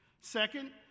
Second